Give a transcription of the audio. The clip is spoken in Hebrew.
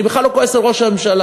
אני בכלל לא כועס על ראש הממשלה,